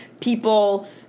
people